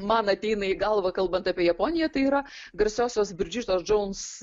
man ateina į galvą kalbant apie japoniją tai yra garsiosios bridžitos džons